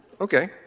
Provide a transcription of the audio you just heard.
Okay